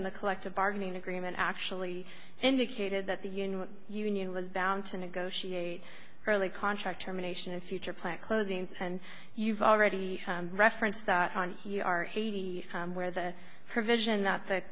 in the collective bargaining agreement actually indicated that the union union was bound to negotiate early contract terminations of future plant closings and you've already referenced that on you are where the provision that the